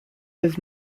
was